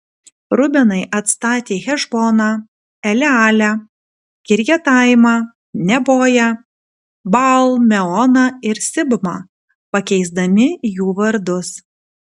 rubenai atstatė hešboną elealę kirjataimą neboją baal meoną ir sibmą pakeisdami jų vardus